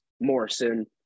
Morrison